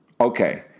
Okay